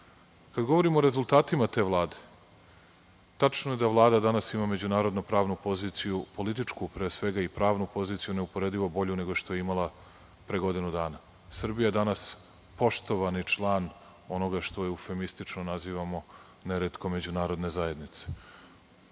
govorimo o rezultatima te Vlade, tačno je da Vlada danas ima međunarodno-pravnu poziciju, političku pre svega i pravnu poziciju neuporedivo bolju nego što je imala pre godinu dana. Srbija je danas poštovani član onoga što eufemistično nazivamo neretko međunarodne zajednice. Politika